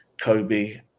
Kobe